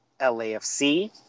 LAFC